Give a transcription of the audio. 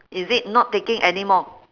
is it not taking anymore